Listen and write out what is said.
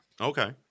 Okay